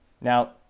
now